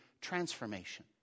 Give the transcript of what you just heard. transformation